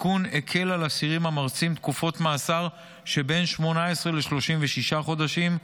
התיקון הקל על אסירים המרצים תקופות מאסר שבין 18 ל-36 חודשים,